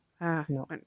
No